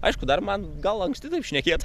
aišku dar man gal anksti taip šnekėt